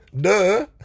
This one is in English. duh